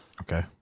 okay